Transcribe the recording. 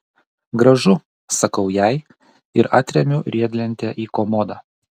gražu sakau jai ir atremiu riedlentę į komodą